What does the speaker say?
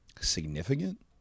significant